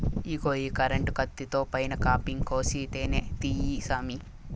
ఇగో ఈ కరెంటు కత్తితో పైన కాపింగ్ కోసి తేనే తీయి సామీ